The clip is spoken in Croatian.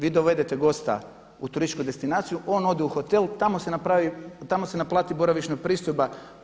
Vi dovedete gosta u turističku destinaciju, on ode u hotel, tamo se naplati boravišna pristojba.